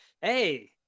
hey